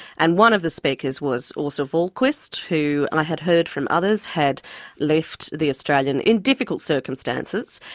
and one of the speakers was asa wahlquist, who, and i had heard from others, had left the australian in difficult circumstances,